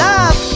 Love